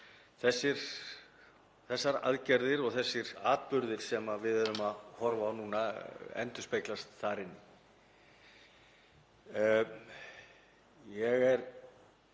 þessar aðgerðir og þessir atburðir sem við erum að horfa á núna endurspeglast þar. Ég er